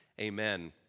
Amen